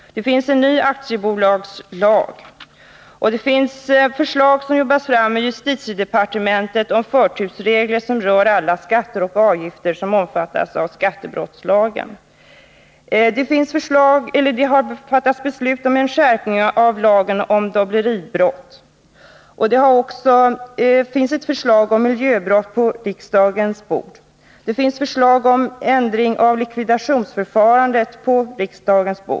Det finns en ny aktiebolagslag. Det finns förslag som jobbats fram inom justitiedepartementet om förtursregler som rör alla skatter och avgifter som omfattas av skattebrottslagen. Det har fattats beslut om skärpning av lagen om dobbleribrott. Det finns också på riksdagens bord ett förslag som avser frågor om miljöbrott. Det finns förslag om ändring av likvidationsförfarandet.